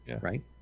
right